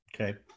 Okay